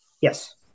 yes